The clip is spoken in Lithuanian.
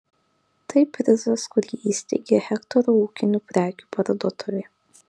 tai prizas kurį įsteigė hektoro ūkinių prekių parduotuvė